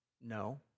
No